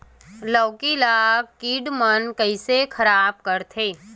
लौकी ला कीट मन कइसे खराब करथे?